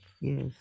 yes